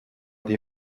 die